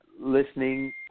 listening